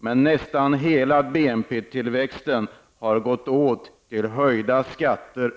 Men nästan hela BNP-tillväxten har gått åt till höjda skatter.